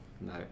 No